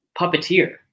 Puppeteer